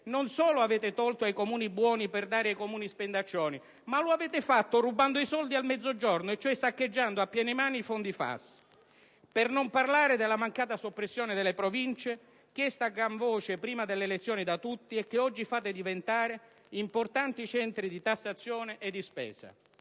non solo avete tolto ai Comuni buoni per dare ai Comuni spendaccioni, ma lo avete fatto rubando i soldi al Mezzogiorno, cioè saccheggiando a piene mani i fondi FAS. Per non parlare della mancata soppressione delle Province, chiesta da tutti a gran voce prima delle elezioni, e che oggi invece fate diventare importanti centri di tassazione e di spesa.